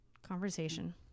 conversation